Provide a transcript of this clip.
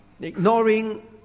Ignoring